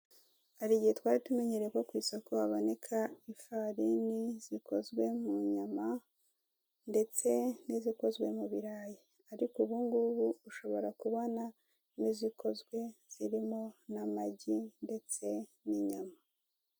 Hari igihe twari tumenyereye ko ku isoko haboneka ifarini zikozwe mu nyama ndetse n'izikozwe mu birayi. Ariko ubungubu ushobora kubona n'izikozwe zirimo n'amagi ndetse n'inyama.